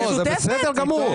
זה בסדר גמור.